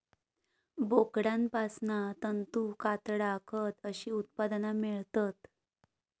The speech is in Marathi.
बोकडांपासना तंतू, कातडा, खत अशी उत्पादना मेळतत